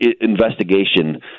investigation